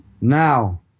Now